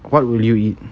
what will you eat